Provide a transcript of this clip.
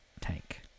tank